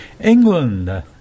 England